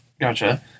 Gotcha